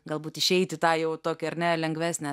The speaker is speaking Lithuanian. galbūt išeiti tą jau tokią ar ne lengvesnę